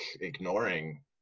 ignoring